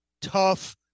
tough